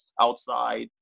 Outside